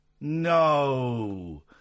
No